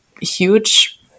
huge